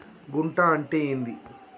గుంట అంటే ఏంది?